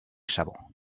sabó